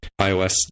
iOS